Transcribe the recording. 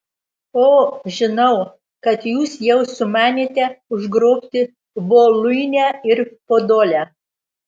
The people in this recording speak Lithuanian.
o žinau kad jūs jau sumanėte užgrobti voluinę ir podolę